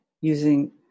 using